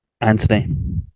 Anthony